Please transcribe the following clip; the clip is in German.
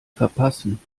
verpassen